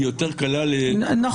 היא יותר קלה לטיפול.